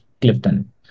Clifton